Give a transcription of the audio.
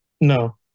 No